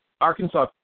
Arkansas